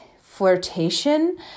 flirtation